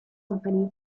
company